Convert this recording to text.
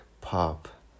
pop